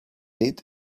need